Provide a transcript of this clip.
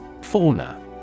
Fauna